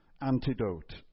antidote